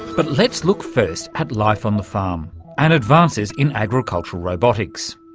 but let's look first at life on the farm and advances in agricultural robotics.